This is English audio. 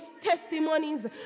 testimonies